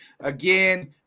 again